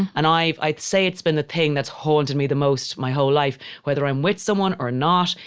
and i, i'd say it's been the thing that's haunted me the most my whole life, whether i'm with someone or not,